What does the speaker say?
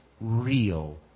real